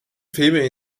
filme